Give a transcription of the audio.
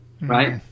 Right